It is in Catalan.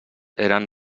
eren